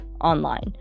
online